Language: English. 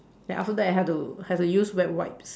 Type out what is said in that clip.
then after that I had to have to use wet wipes